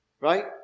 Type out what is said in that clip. Right